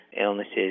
illnesses